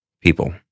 people